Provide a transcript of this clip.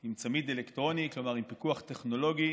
עם צמיד אלקטרוני, כלומר עם פיקוח טכנולוגי